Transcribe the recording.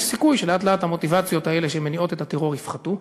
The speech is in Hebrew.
יש סיכוי שלאט-לאט המוטיבציות האלה שמניעות את הטרור יפחתו.